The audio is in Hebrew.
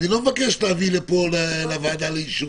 אני לא מבקש מהם להביא לוועדה לאישור.